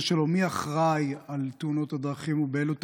שלו הוא מי אחראי על תאונות הדרכים ובאילו תקציבים,